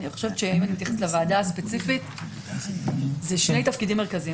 אם אני מתייחסת לוועדה הספציפית זה שני תפקידים מרכזיים.